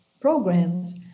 programs